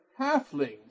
halflings